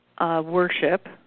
worship